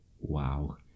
Wow